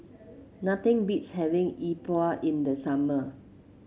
nothing beats having Yi Bua in the summer